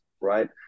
right